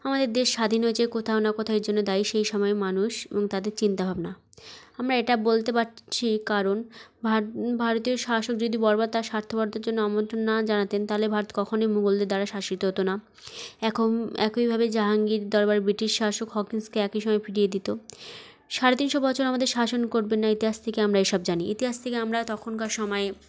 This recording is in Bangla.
আমাদের দেশ স্বাধীন হয়েছে কোথাও না কোথাও এর জন্য দায়ী সেই সময়ের মানুষ এবং তাদের চিন্তা ভাবনা আমরা এটা বলতে পাচ্ছি কারণ ভারতীয় শাসক যদি বর্বরতা আর স্বার্থপরদের জন্য আমন্ত্রণ না জানাতেন তাহলে ভারত কখনই মোঘলদের দ্বারা শাসিত হতো না একইভাবে জাহাঙ্গির দরবারে ব্রিটিশ শাসক হকিন্সকে একই সময়ে ফিরিয়ে দিতো সাড়ে তিনশো বছর আমাদের শাসন করবে না ইতিহাস থেকে আমরা এসব জানি ইতিহাস থেকে আমরা তখনকার সময়ে